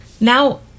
Now